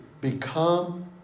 become